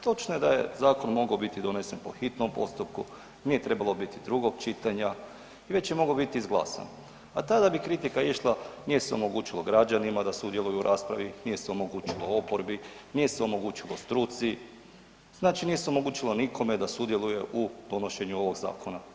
Točno je da je zakon mogao biti donesen po hitnom postupku, nije trebalo biti drugog čitanja i već je mogao biti izglasan, a tada bi kritika išla nije se omogućilo građanima da sudjeluju u raspravi, nije se omogućilo oporbi, nije se omogućilo struci, znači nije se omogućilo nikome da sudjeluje u donošenju ovog zakona.